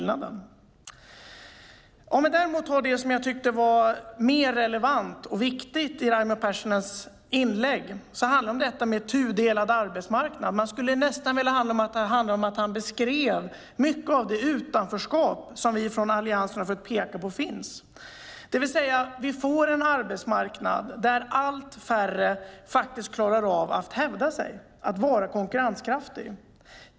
Mer relevant och viktigt i Raimo Pärssinens inlägg var det som handlade om den tudelade arbetsmarknaden. Han beskrev mycket av det utanförskap som vi från Alliansen har försökt peka på. Vi får en arbetsmarknad där allt färre klarar av att hävda sig och vara konkurrenskraftiga.